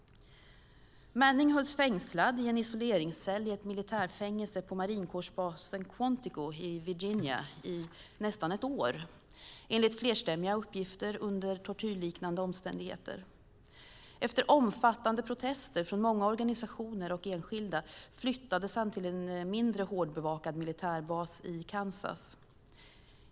Manning hölls fängslad i en isoleringscell i ett militärfängelse på marinkårsbasen Quantico i Virginia i nästan ett år, enligt flerstämmiga uppgifter under tortyrliknande omständigheter. Efter omfattande protester från många organisationer och enskilda flyttades han till en mindre hårdbevakad militärbas i Kansas.